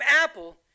Apple